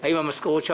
האם הוא לא קיצץ?